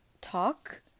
talk